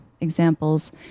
examples